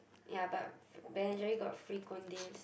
ya but Ben and Jerry got free cones day